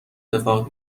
اتفاق